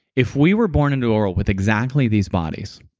if we were born into a world with exactly these bodies,